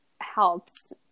helps